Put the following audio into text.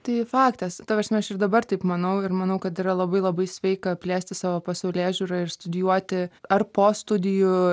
tai faktas ta prasme aš ir dabar taip manau ir manau kad yra labai labai sveika plėsti savo pasaulėžiūrą ir studijuoti ar po studijų